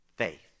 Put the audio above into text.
faith